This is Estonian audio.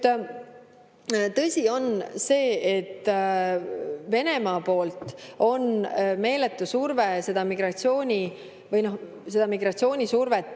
Tõsi on see, et Venemaa poolt on meeletu surve seda migratsioonisurvet